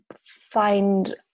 find